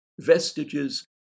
vestiges